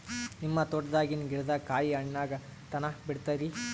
ನಿಮ್ಮ ತೋಟದಾಗಿನ್ ಗಿಡದಾಗ ಕಾಯಿ ಹಣ್ಣಾಗ ತನಾ ಬಿಡತೀರ?